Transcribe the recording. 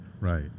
right